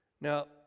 now